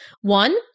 One